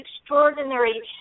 extraordinary